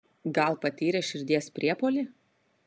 gal patyrė širdies priepuolį